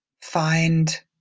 Find